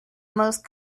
most